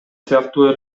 сыяктуу